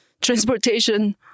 transportation